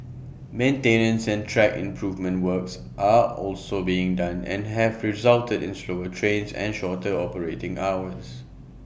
maintenance and track improvement works are also being done and have resulted in slower trains and shorter operating hours